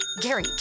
Gary